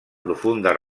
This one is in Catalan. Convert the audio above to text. profundes